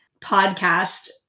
podcast